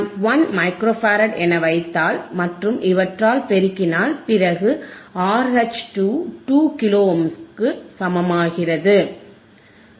1 micro farad என வைத்தால் மற்றும் இவற்றால் பெருக்கினால் பிறகு RH 2 கிலோ ஓம்ஸுக்கு சமமாகிறது